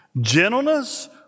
gentleness